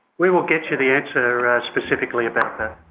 we will get you the answer specifically about that.